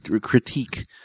critique